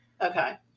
okay